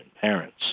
parents